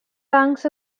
banks